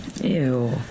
Ew